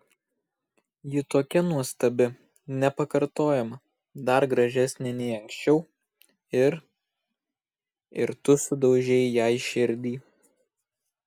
ji tokia nuostabi nepakartojama dar gražesnė nei anksčiau ir ir tu sudaužei jai širdį